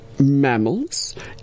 Mammals